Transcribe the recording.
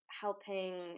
helping